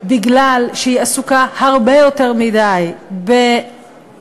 בגלל שהיא עסוקה הרבה יותר מדי ברווח